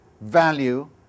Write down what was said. value